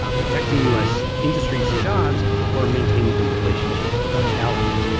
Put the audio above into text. ah protecting u s. industries and jobs or maintaining good relationships with our allies?